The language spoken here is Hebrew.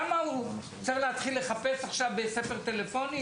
למה הוא צריך לחפש עכשיו בספר טלפונים